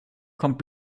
kommt